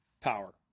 power